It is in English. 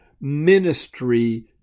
ministry